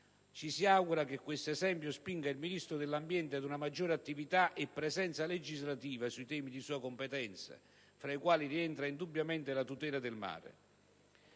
Ci si augura che questo esempio spinga il Ministro dell'ambiente ad una maggiore attività e presenza legislativa sui temi di sua competenza, fra i quali rientra indubbiamente la tutela del mare.